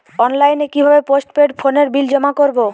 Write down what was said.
অনলাইনে কি ভাবে পোস্টপেড ফোনের বিল জমা করব?